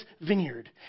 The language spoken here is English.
vineyard